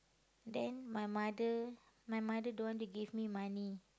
then my mother my mother don't want to give me money